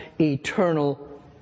eternal